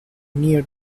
near